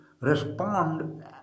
respond